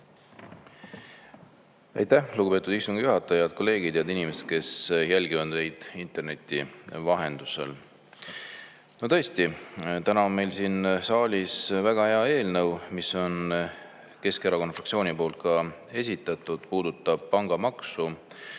Aitäh, lugupeetud istungi juhataja! Head kolleegid! Head inimesed, kes jälgivad meid interneti vahendusel! Tõesti, täna on meil siin saalis väga hea eelnõu, mis on Keskerakonna fraktsiooni poolt esitatud, puudutab pangamaksu.